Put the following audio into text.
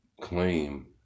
claim